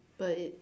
but it's